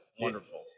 Wonderful